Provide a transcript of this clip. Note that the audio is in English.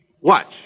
Watch